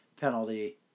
penalty